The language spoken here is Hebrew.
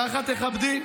ככה תכבדי?